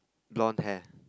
blonde hair